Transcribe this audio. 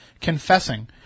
confessing